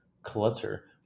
Clutter